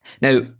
Now